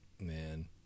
Man